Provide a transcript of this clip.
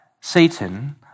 Satan